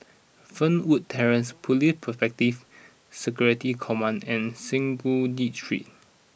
Fernwood Terrace Police Protective Security Command and Synagogue Street